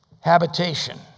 habitation